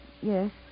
Yes